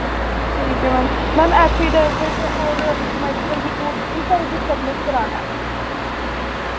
ठीक ऐ ma'am ma'am affidavit होर इक मैडिकल रिपोर्ट एह् सारा किश सब्मिट कराना ऐ